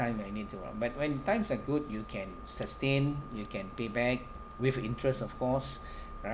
time I need to lah but when times are good you can sustain you can pay back with interest of course right